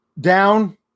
down